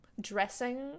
dressing